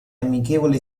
amichevole